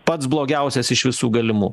pats blogiausias iš visų galimų